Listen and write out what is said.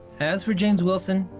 as for james wilson,